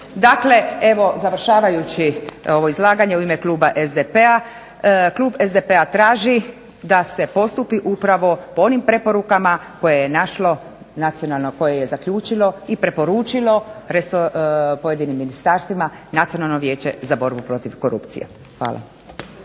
Dakle, evo završavajući ovo izlaganje, u ime kluba SDP-a, klub SDP-a traži da se postupi upravo po onim preporukama koje je našlo nacionalno, koje je zaključilo i preporučilo pojedinim ministarstvima, Nacionalno vijeće za borbu protiv korupcije. Hvala.